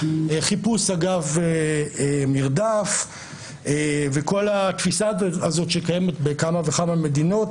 חיפוש אגב מרדף וכל התפיסה הזאת שקיימת בכמה וכמה מדינות,